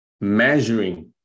measuring